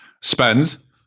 spends